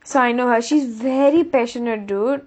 so I know her she's very passionate dude